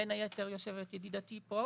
בין היתר יושבת ידידתי פה,